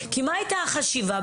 כי החשיבה,